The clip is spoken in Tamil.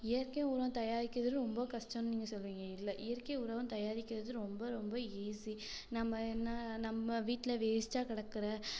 இயற்கை உரம் தயாரிக்கிறது ரொம்ப கஷ்டோன்னு நீங்கள் சொல்றீங்கள் இல்லை இயற்கை உரம் தான் தயாரிக்கிறது ரொம்ப ரொம்ப ஈஸி நம்ம என்ன நம்ம வீட்டில் வேஸ்ட்டா கிடக்குற